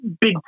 big